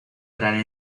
gran